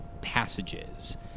passages